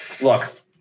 look